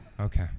okay